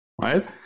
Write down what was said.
right